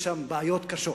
יש שם בעיות קשות.